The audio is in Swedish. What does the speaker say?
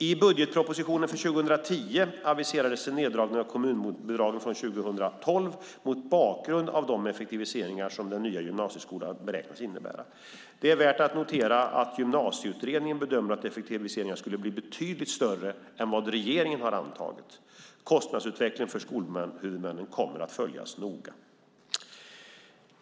I budgetpropositionen för 2010 aviserades en neddragning av kommunbidragen från 2012 mot bakgrund av de effektiviseringar som den nya gymnasieskolan beräknades innebära. Det är värt att notera att Gymnasieutredningen bedömde att effektiviseringarna skulle bli betydligt större än vad regeringen antagit. Kostnadsutvecklingen för skolhuvudmännen kommer att följas noga.